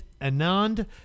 Anand